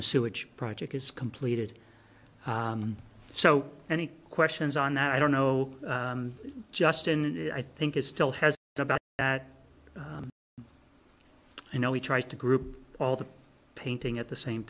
the sewage project is completed so any questions on that i don't know justin i think is still has about you know we tried to group all the painting at the same